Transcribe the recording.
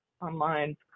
online